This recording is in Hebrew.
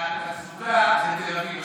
הורידו אותי מהתעסוקה לתל אביב,